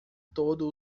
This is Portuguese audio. todo